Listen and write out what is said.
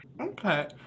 okay